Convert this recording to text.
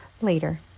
Later